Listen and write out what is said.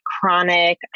chronic